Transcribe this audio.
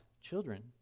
children